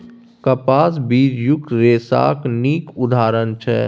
कपास बीजयुक्त रेशाक नीक उदाहरण छै